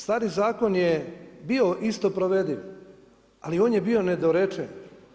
Stari zakon je bio isto provediv, ali on je bio nedorečen.